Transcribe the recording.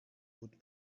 would